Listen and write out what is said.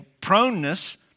proneness